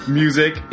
music